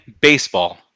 baseball